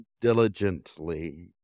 diligently